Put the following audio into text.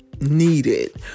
needed